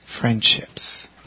Friendships